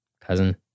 cousin